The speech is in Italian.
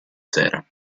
sera